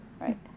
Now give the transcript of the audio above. right